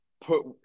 put